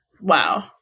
Wow